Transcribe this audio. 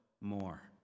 more